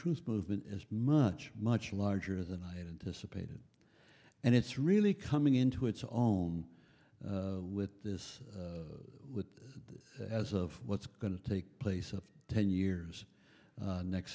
truth movement is much much larger than i anticipated and it's really coming into its own with this with this as of what's going to take place of ten years next